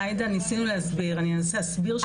עאידה, ניסינו להסביר, אני אנסה להסביר שוב.